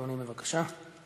בבקשה.